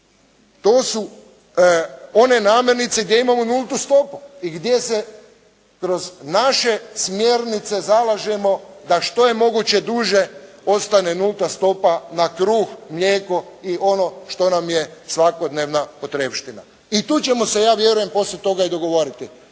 to su one namirnice gdje imamo nultu stopu i gdje se kroz naše smjernice zalažemo da što je moguće duže ostane nulta stopa na kruh, mlijeko i ono što nam je svakodnevna potrepština i tu ćemo se, ja vjerujem poslije toga i dogovoriti.